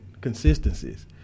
consistencies